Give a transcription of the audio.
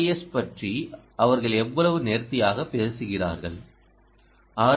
S பற்றி அவர்கள் எவ்வளவு நேர்த்தியாக பேசுகிறார்கள் ஆர்